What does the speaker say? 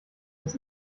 was